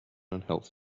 unhealthy